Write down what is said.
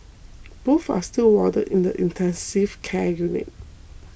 both are still warded in the intensive care unit